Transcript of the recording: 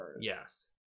Yes